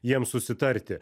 jiems susitarti